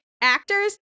actors